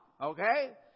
okay